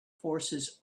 forces